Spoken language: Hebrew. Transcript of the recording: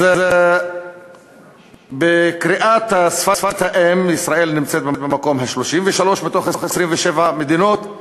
אז בקריאת שפת האם ישראל נמצאת במקום ה-33 מתוך 127 מדינות,